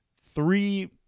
three